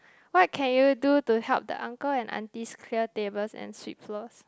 what can you do to help the uncle and aunties clear tables and sweep floors